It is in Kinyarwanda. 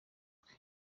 twe